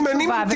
אם אני ממתין,